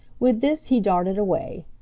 with this he darted away.